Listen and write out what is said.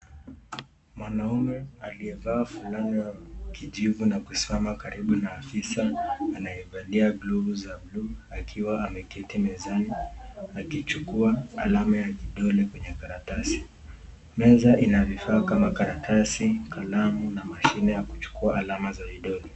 Mwanaumme aliye vaa fulana kijivu na kuzama Karibu na afisa anaye valia glovu za blue ,akiwa ameketi mezani ,akichukua alama ya kidole kwenye karatasi .Meza Ina vifaa kama karatasi ,kalamu ,na mashini ya kuchukua alama za vidole.